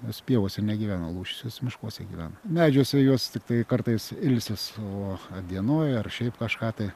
nes pievose negyvena lūšys jos miškuose gyvena medžiuose jos tiktai kartais ilsis o dienoj ar šiaip kažką apie